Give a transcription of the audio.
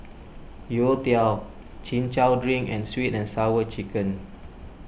Youtiao Chin Chow Drink and Sweet and Sour Chicken